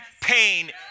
pain